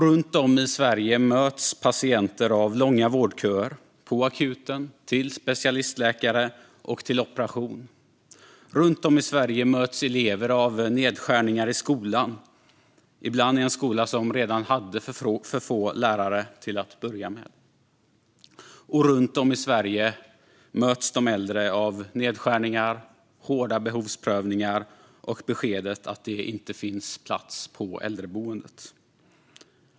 Runt om i Sverige möts patienter av långa vårdköer - på akuten, till specialistläkare och till operation. Runt om i Sverige möts elever av nedskärningar i skolan, ibland i en skola som redan hade för få lärare till att börja med. Och runt om i Sverige möts de äldre av nedskärningar, hårda behovsprövningar och beskedet att det inte finns plats på äldreboendet.